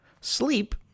sleep